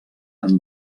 han